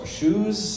shoes